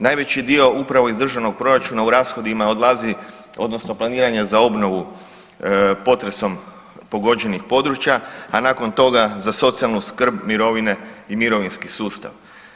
Najveći dio upravo iz državnog proračuna u rashodima odlazi odnosno planiran je za obnovu potresom pogođenih područja, a nakon toga za socijalnu skrb, mirovine i mirovinski sustav.